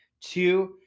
two